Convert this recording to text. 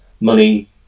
money